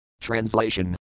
Translation